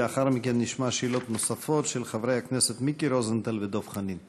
לאחר מכן נשמע שאלות נוספות של חברי הכנסת מיקי רוזנטל ודב חנין.